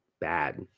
bad